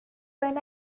when